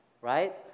right